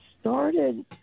started